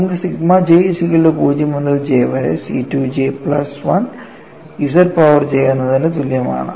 നമുക്ക് sigma j 0 മുതൽ j വരെ C 2 j plus 1 z power j എന്നതിന് തുല്യമാണ്